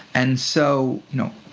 and so, you know,